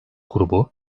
grubu